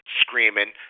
screaming